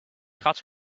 cut